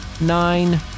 Nine